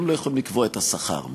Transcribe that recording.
הם לא יכולים לקבוע את השכר.